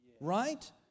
right